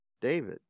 david